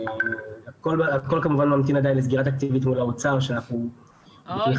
הכול כמובן ממתין עדיין לסגירה תקציבית מול האוצר שאנחנו --- אוי,